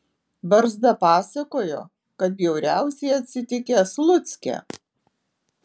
barzda pasakojo kad bjauriausiai atsitikę slucke